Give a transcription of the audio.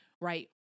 right